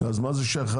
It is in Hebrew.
מה זה שייך?